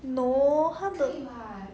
no 他的